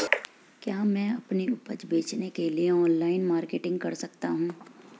क्या मैं अपनी उपज बेचने के लिए ऑनलाइन मार्केटिंग कर सकता हूँ?